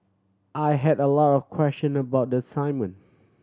I had a lot of question about the assignment